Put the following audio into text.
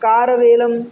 कारवेलं